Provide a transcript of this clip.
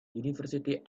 university